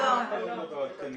לא כאן קבור